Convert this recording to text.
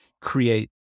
create